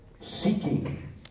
Seeking